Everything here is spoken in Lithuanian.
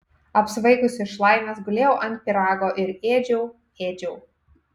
apsvaigusi iš laimės gulėjau ant pyrago ir ėdžiau ėdžiau